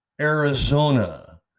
Arizona